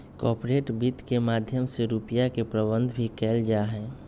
corporate वित्त के माध्यम से रुपिया के प्रबन्धन भी कइल जाहई